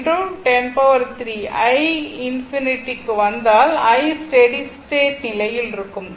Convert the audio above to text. i ∞ க்கு வந்தால் i steady state நிலையில் இருக்கும்